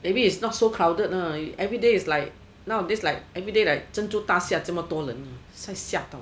maybe it's not so crowded ah everyday is like nowadays like everyday like 珍珠大侠这么多人了才吓到